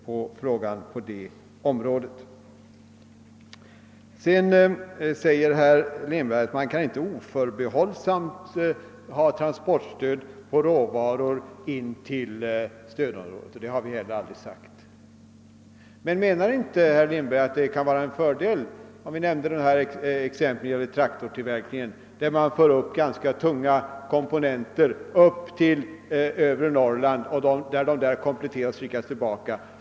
Man kan inte oförbehållsamt införa transportstöd för transport av råvaror in till stödområdet, säger herr Lindberg. Det har vi heller inte sagt. Jag nämnde förut som ett exempel traktortillverkningen: man transporterar ganska tunga komponenter upp till övre Norrland, där de kompletteras, och sedan skickas de tillbaka.